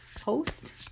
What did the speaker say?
post